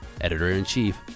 editor-in-chief